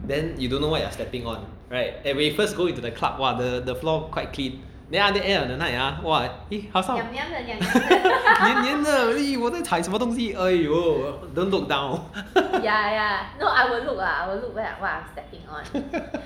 then you don't know what you are stepping on right and when you first go into the club !wah! the the floor quite clean then after that end of the night !wah! eh 好像 niam niam 的 eh 我在踩什么东西 !aiyo! don't look down